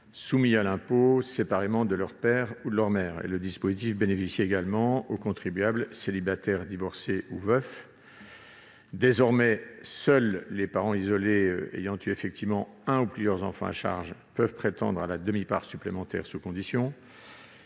soumis à l'impôt séparément de leur père ou de leur mère. Ce dispositif bénéficiait également aux contribuables célibataires, divorcés ou séparés. Désormais, seuls les parents isolés ayant eu effectivement un ou plusieurs enfants à charge peuvent prétendre à la demi-part supplémentaire sous conditions.